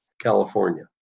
California